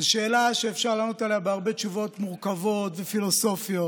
זאת שאלה שאפשר לענות עליה בהרבה תשובות מורכבות ופילוסופיות,